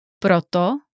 proto